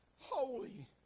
holy